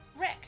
Rick